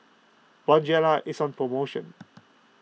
Bonjela is on promotion